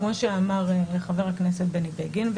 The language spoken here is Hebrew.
כמו שאמר חבר הכנסת בני בגין.